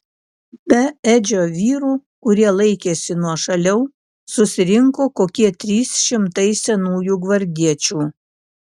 be edžio vyrų kurie laikėsi nuošaliau susirinko kokie trys šimtai senųjų gvardiečių